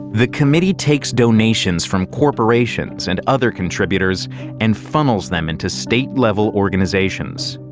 the committee takes donations from corporations and other contributors and funnels them into state-level organizations.